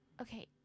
Okay